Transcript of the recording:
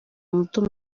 muto